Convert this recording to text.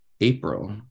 April